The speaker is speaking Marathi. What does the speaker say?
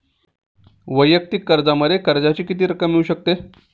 वैयक्तिक कर्जामध्ये कर्जाची किती रक्कम मिळू शकते?